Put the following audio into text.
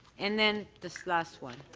and then this last one.